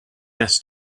less